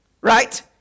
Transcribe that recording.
Right